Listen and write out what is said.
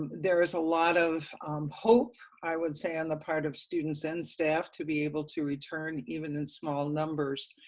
there is a lot of hope, i would say, on the part of students and staff, to be able to return even in small numbers.